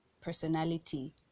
personality